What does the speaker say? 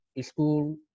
school